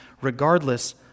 regardless